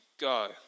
go